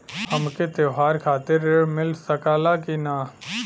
हमके त्योहार खातिर त्रण मिल सकला कि ना?